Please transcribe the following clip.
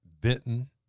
bitten